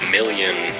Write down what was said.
Million